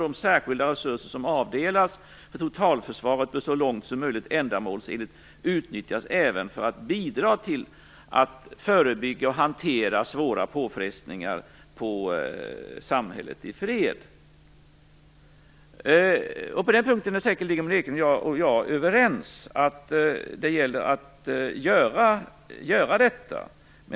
De särskilda resurser som avdelas för totalförsvaret bör så långt som möjligt ändamålsenligt utnyttjas även för att bidra till att förebygga och hantera svåra påfrestningar på samhället i fred. Maud Ekendahl och jag är säkerligen överens om att det gäller att göra detta.